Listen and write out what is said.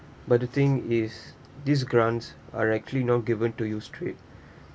but the thing is these grants are actually not given to you straight